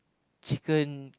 chicken